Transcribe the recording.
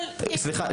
אבל --- סליחה,